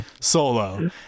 solo